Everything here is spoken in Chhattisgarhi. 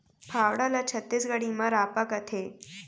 फावड़ा ल छत्तीसगढ़ी म रॉंपा कथें